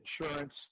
insurance